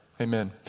Amen